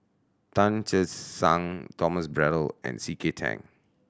Tan Che Sang Thomas Braddell and C K Tang